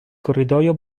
corridoio